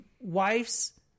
wife's